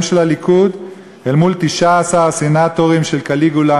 של הליכוד אל מול 19 סנטורים של קליגולה,